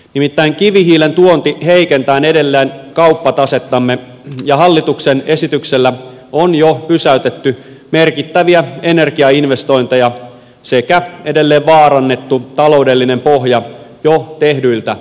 nimittäin kivihiilen tuonti heikentää edelleen kauppatasettamme ja hallituksen esityksellä on jo pysäytetty merkittäviä energiainvestointeja sekä edelleen vaarannettu taloudellinen pohja jo tehdyiltä investoinneilta